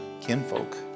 kinfolk